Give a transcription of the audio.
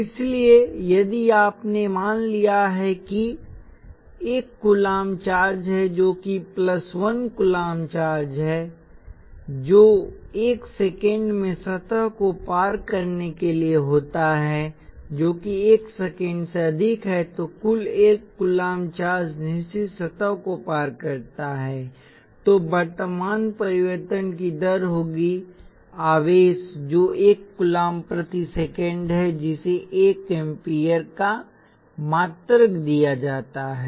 इसलिए यदि आपने मान लिया है कि 1 कूलम्ब चार्ज है जो कि प्लस 1 कूलम्ब चार्ज है और जो 1 सेकंड में सतह को पार करने के लिए होता है जो कि 1 सेकंड से अधिक है तो कुल 1 कूलम्ब चार्ज निश्चित सतह को पार करता है तो वर्तमान परिवर्तन की दर होगी आवेश जो 1 कूलम्ब प्रति सेकंड है जिसे 1 एम्पीयर का मात्रक दिया जाता है